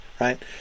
right